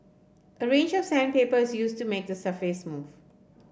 a range of sandpaper is used to make the surface smooth